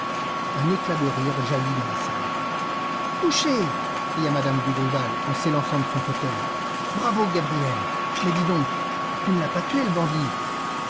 un éclat de rire jaillit dans la salle touché cria m me dugrival en s'élançant de son fauteuil bravo gabriel mais dis donc tu ne l'as pas tué le bandit